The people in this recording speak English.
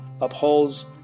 upholds